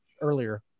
earlier